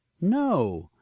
no!